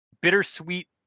bittersweet